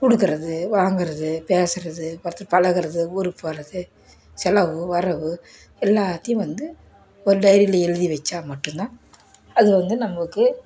கொடுக்கறது வாங்கிறது பேசுகிறது ஒருத்தர் பழகறது ஊருக்கு போகிறது செலவு வரவு எல்லாத்தையும் வந்து ஒரு டைரியில் எழுதி வைச்சா மட்டும் தான் அது வந்து நமக்கு